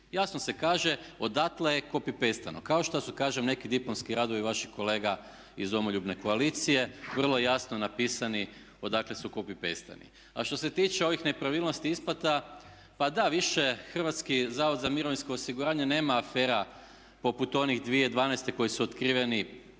Jasno se kaže odakle je copy-pasteno kao što su kažem neki diplomski radovi vaših kolega iz Domoljubne koalicije vrlo jasno napisani odakle su copy-pasteni. A što se tiče ovih nepravilnosti isplata pa da više HZMO nema afera poput onih 2012. koji su otkriveni